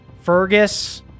Fergus